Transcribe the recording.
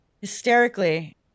hysterically